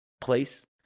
place